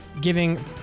giving